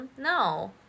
No